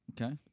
Okay